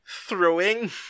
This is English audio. throwing